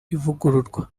ivugururwa